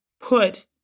put